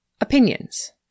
opinions